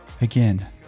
Again